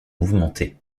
mouvementée